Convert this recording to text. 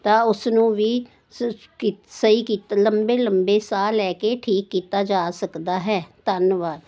ਤਾਂ ਉਸ ਨੂੰ ਵੀ ਸ ਕਿ ਸਹੀ ਕੀਤਾ ਲੰਬੇ ਲੰਬੇ ਸਾਹ ਲੈ ਕੇ ਠੀਕ ਕੀਤਾ ਜਾ ਸਕਦਾ ਹੈ ਧੰਨਵਾਦ